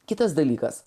kitas dalykas